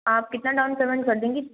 आप कितना down payment कर देंगी